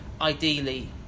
ideally